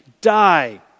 die